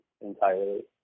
entirely